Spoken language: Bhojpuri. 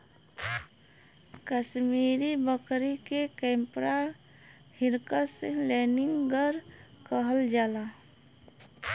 कसमीरी बकरी के कैपरा हिरकस लैनिगर कहल जाला